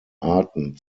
arten